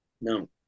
No